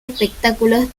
espectáculos